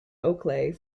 oakleigh